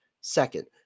Second